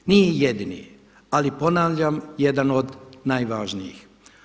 Nije jedini, ali ponavljam jedan od najvažnijih.